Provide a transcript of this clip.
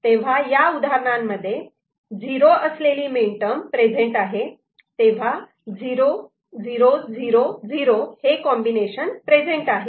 तेव्हा या उदाहरणांमध्ये '0' असलेली मीनटर्म प्रेझेंट आहे तेव्हा 0 0 0 0 हे कॉम्बिनेशन प्रेझेंट आहे